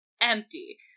empty